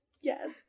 Yes